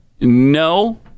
No